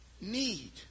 need